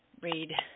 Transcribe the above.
read